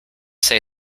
say